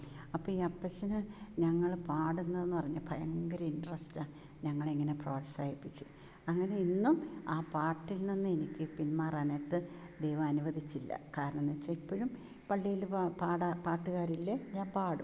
അപ്പോൾ ഈ അപ്പച്ചന് ഞങ്ങള് പാടുന്നു എന്ന് പറഞ്ഞാൽ ഭയങ്കര ഇന്ററസ്റ്റ് ആണ് ഞങ്ങളെ ഇങ്ങനെ പ്രോത്സാഹിപ്പിച്ച് അങ്ങനെ ഇന്നും ആ പാട്ടിൽ നിന്ന് എനിക്ക് പിന്മാറാനായിട്ട് ദൈവ അനുവദിച്ചില്ല കാരണമെന്ന് വെച്ചാൽ ഇപ്പഴും പള്ളീല് പാട്ട്കാരില്ലേൽ ഞാൻ പാടും